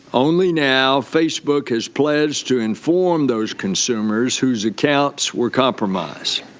only now facebook has plans to inform those consumers whose accounts were compromised.